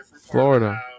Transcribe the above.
florida